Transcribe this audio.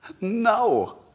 no